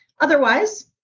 Otherwise